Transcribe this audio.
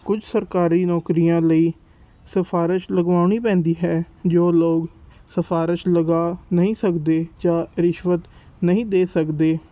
ਕੁਝ ਸਰਕਾਰੀ ਨੌਕਰੀਆਂ ਲਈ ਸਿਫਾਰਿਸ਼ ਲਗਵਾਉਣੀ ਪੈਂਦੀ ਹੈ ਜੋ ਲੋਕ ਸਿਫਾਰਿਸ਼ ਲਗਾ ਨਹੀਂ ਸਕਦੇ ਜਾਂ ਰਿਸ਼ਵਤ ਨਹੀਂ ਦੇ ਸਕਦੇ